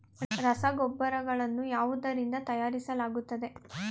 ರಸಗೊಬ್ಬರಗಳನ್ನು ಯಾವುದರಿಂದ ತಯಾರಿಸಲಾಗುತ್ತದೆ?